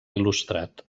il·lustrat